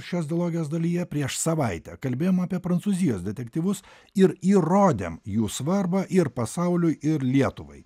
šios dilogijos dalyje prieš savaitę kalbėjom apie prancūzijos detektyvus ir įrodėm jų svarbą ir pasauliui ir lietuvai